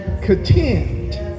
contend